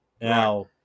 Now